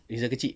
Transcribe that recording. rizal kecil